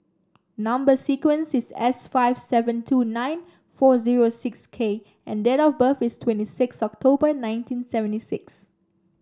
number sequence is S five seven two nine four zero six K and date of birth is twenty six October nineteen seventy six